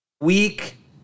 week